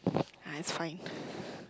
ah it's fine